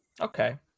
Okay